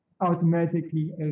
Automatically